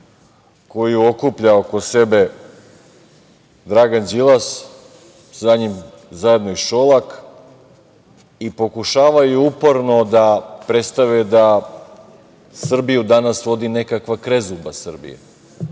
koju okuplja oko sebe Dragan Đilas, za njim zajedno i Šolak i pokušavaju uporno da predstave da Srbiju danas vodi nekakva krezuba Srbija. Oni